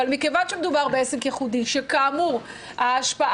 אבל כיוון שמדובר בעסק ייחודי שכאמור ההשפעה